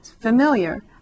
familiar